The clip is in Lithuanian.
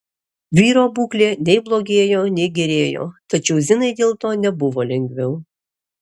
vyro būklė nei blogėjo nei gerėjo tačiau zinai dėl to nebuvo lengviau